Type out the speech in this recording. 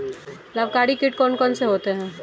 लाभकारी कीट कौन कौन से होते हैं?